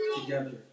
together